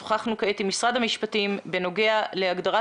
שוחחנו כעת עם משרד המשפטים בנוגע להגדרת